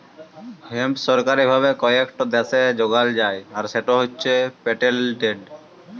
hemp সরকারি ভাবে কয়েকট দ্যাশে যগাল যায় আর সেট হছে পেটেল্টেড